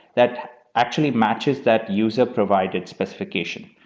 that actually matches that user provided specification.